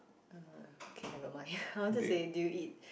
uh okay never mind I wanted to say do you eat